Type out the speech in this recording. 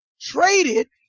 traded